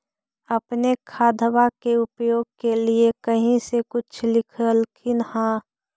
अपने खादबा के उपयोग के लीये कही से कुछ सिखलखिन हाँ?